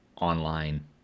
online